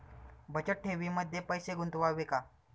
बचत ठेवीमध्ये पैसे गुंतवावे का?